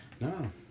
No